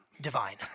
divine